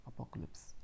Apocalypse